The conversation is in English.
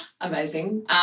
Amazing